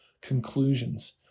conclusions